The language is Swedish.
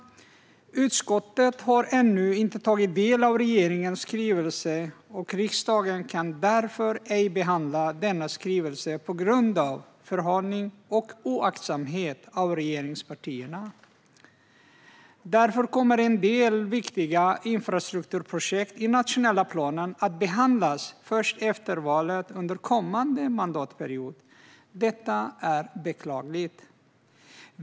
Utskottet har ännu inte tagit del av regeringens skrivelse, och riksdagen kan därför inte behandla denna skrivelse - på grund av förhalning och oaktsamhet från regeringspartiernas sida. Därför kommer en del viktiga infrastrukturprojekt i den nationella planen att behandlas först efter valet, under kommande mandatperiod. Detta är beklagligt.